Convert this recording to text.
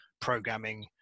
programming